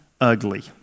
ugly